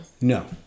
No